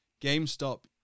GameStop